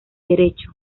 derecho